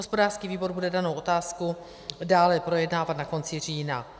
Hospodářský výbor bude danou otázku dále projednávat na konci října.